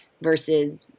versus